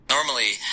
Normally